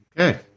Okay